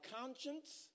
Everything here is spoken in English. conscience